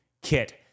kit